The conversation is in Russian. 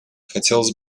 хотелось